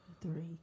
three